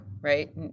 right